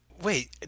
Wait